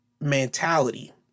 mentality